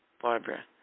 Barbara